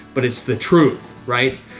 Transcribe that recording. but it's the truth, right?